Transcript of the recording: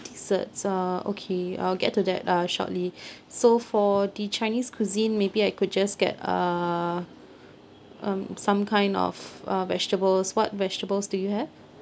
desserts uh okay I'll get to that uh shortly so for the chinese cuisine maybe I could just get uh um some kind of uh vegetables what vegetables do you have